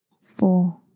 four